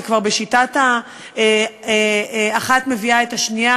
זה כבר בשיטת האחת מביאה את השנייה,